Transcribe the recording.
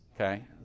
Okay